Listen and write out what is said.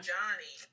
Johnny